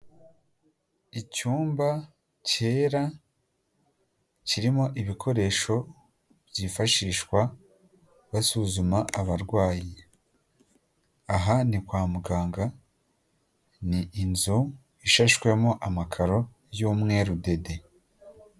Icyumba cyera kirimo ibikoresho byifashishwa basuzuma abarwayi aha ni kwa muganga, ni inzu ishashwemo amakaro y'umweru dede.